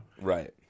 Right